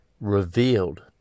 revealed